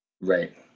Right